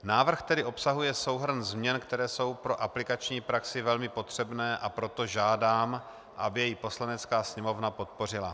Návrh tedy obsahuje souhrn změn, které jsou pro aplikační praxi velmi potřebné, a proto žádám, aby jej Poslanecká sněmovna podpořila.